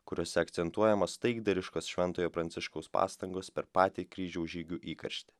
kuriuose akcentuojamas taikdariškas šventojo pranciškaus pastangos per patį kryžiaus žygių įkarštį